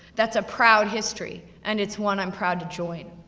that's a proud history, and it's one i'm proud to join.